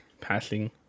passing